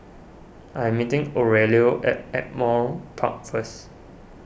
I am meeting Aurelio at Ardmore Park first